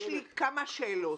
יש לי כמה שאלות,